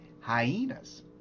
hyenas